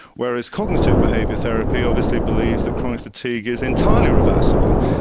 whereas cognitive behaviour therapy obviously believes that chronic fatigue is entirely reversible.